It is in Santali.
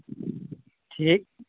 ᱴᱷᱤᱠ